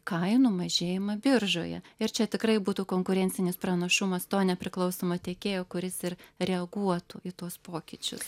kainų mažėjimą biržoje ir čia tikrai būtų konkurencinis pranašumas to nepriklausomo tiekėjo kuris ir reaguotų į tuos pokyčius